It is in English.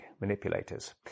manipulators